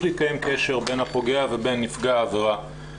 להתקיים קשר בין הפוגע ובין נפגע העבירה,